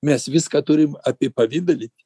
mes viską turim apipavidalinti